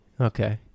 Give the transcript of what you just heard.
okay